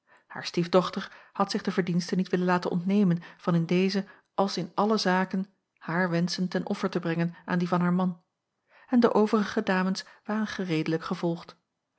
haar stiefdochter had zich de verdienste niet willen laten ontnemen van in deze als in alle zaken haar wenschen ten offer te brengen aan die van haar man en de overige dames waren gereedelijk gevolgd